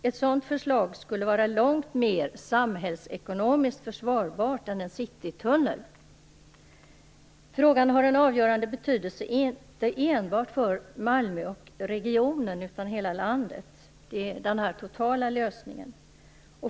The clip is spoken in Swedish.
Ett sådant förslag skulle vara långt mer samhällsekonomiskt försvarbart än en citytunnel. Frågan har en avgörande betydelse inte enbart för Malmöregionen utan för hela landet. Det behövs en total lösning.